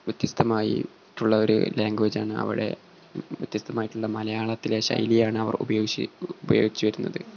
വ്യത്യസ്തമായിട്ടുള്ള ഒരു ലാംഗ്വേജാണ് അവിടെ വ്യത്യസ്തമായിട്ടുള്ള മലയാളത്തിലെ ശൈലിയാണ് അവർ ഉപയോഗി ഉപയോഗിച്ച് വരുന്നത്